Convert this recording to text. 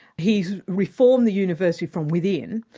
he's reformed the university from within,